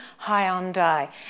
Hyundai